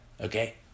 okay